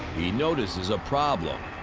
he notices a problem.